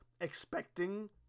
expecting